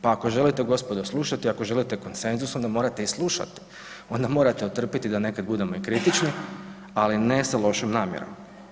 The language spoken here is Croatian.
Pa ako želite gospodo slušati, ako želite konsenzus onda morate i slušat, onda morate otrpiti da nekada budemo i kritični, ali ne sa lošom namjerom.